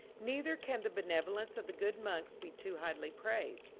neither can the benevolence of the good monks be too highly praised.